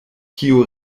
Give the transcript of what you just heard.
kiu